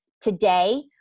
today